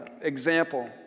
example